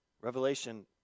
Revelation